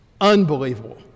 Unbelievable